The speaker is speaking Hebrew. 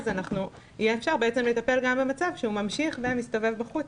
אז יהיה אפשר לטפל גם במצב שהוא ממשיך ומסתובב בחוץ,